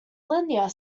linear